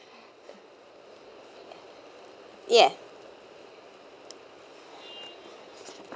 ya